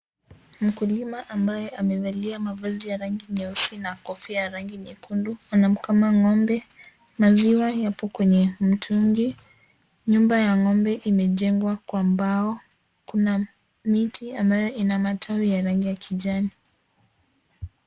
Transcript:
Mkulima ambaye amevalia mavazi ya rangi nyeusi na kofia nyekundu anamkama ng'ombe. Maziwa yako kwenye mtungi. Nyumba ya ng'ombe imejengwa kwa mbao. Kuna miti ambayo ina matawi ya rangi ya kijani.